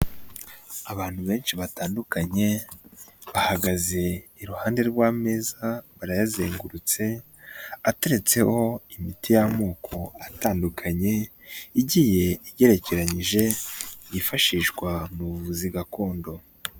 Abantu benshi batandukanye, bahagaze iruhande rw'ameza barayazengurutse, ateretseho imiti y'amoko atandukanye, igiye igerekeranyije, yifashishwa mu buvuzi gakondo.